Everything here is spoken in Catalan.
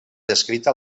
descrita